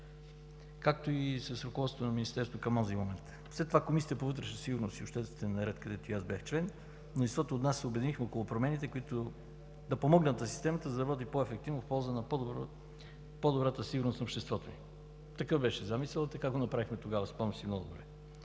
както и с ръководството на Министерството към онзи момент. След това в Комисията по вътрешна сигурност и обществен ред, където и аз бях член, мнозинството от нас се обединихме около промените, които да помогнат на системата, за да работи по-ефективно в полза на по-добрата сигурност на обществото ни. Такъв беше замисълът, така го направихме тогава, спомням си много добре.